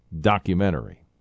documentary